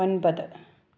ഒമ്പത്